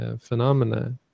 phenomena